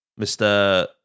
Mr